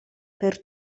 per